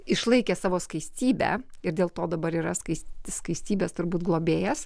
išlaikė savo skaistybę ir dėl to dabar yra skais skaistybės turbūt globėjas